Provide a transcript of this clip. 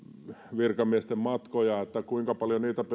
virkamiesten matkoja